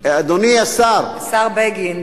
אדוני השר, השר בגין,